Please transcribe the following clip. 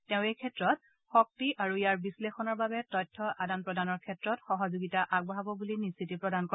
তেওঁ এই ক্ষেত্ৰত শক্তি আৰু ইয়াৰ বিশ্লেষণৰ বাবে তথ্য আদান প্ৰদানৰ ক্ষেত্ৰত সহযোগিতা আগবঢ়াব বুলি নিশ্চিতি প্ৰদান কৰে